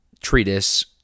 treatise